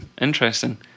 Interesting